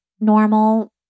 normal